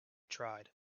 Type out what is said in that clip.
tried